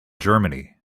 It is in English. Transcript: germany